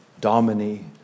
domini